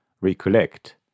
recollect